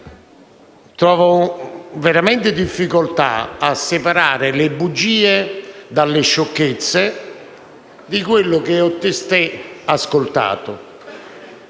ho veramente difficoltà a separare le bugie dalle sciocchezze in quello che ho testé